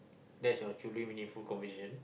that's your truly meaningful conversation